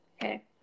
okay